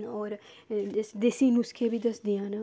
और एह् देसी नुक्से बी दसदियां न